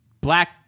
Black